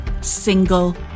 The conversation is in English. single